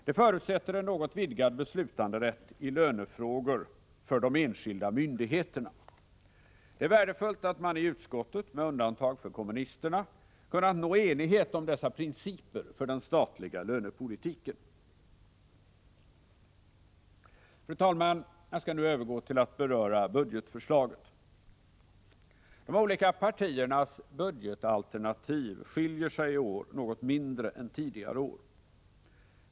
Det förutsätter en något vidgad beslutanderätt i lönefrågor för de enskilda myndigheterna. Det är värdefullt att man i utskottet — med undantag för kommunisterna — kunnat nå enighet om dessa principer för den statliga lönepolitiken. Fru talman! Jag skall nu övergå till att beröra budgetförslaget. De olika partiernas budgetalternativ skiljer sig i år något mindre än tidigare år.